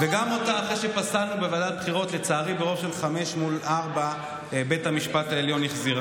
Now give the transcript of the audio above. וגם אותה בית המשפט העליון החזיר,